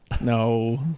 no